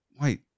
wait